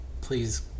please